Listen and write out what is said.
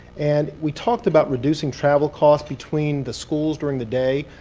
and we talked about reducing travel costs between the schools during the day.